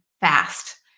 fast